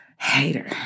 Hater